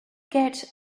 get